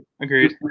Agreed